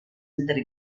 entre